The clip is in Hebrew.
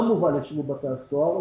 לא מובא לשירות בתי הסוהר.